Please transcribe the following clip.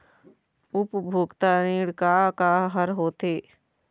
उपभोक्ता ऋण का का हर होथे?